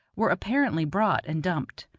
were apparently brought and dumped.